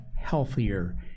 healthier